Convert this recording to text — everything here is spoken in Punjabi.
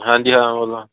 ਹਾਂਜੀ ਹਾਂ